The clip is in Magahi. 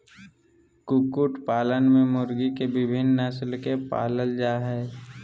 कुकुट पालन में मुर्गी के विविन्न नस्ल के पालल जा हई